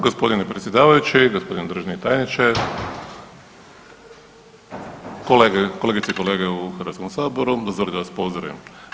Gospodine predsjedavajući, gospodine državni tajniče, kolegice i kolege su Hrvatskom saboru dozvolite da vas pozdravim.